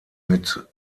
mit